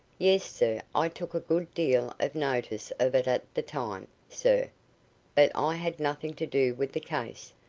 yes, sir, i took a good deal of notice of it at the time, sir but i had nothing to do with the case.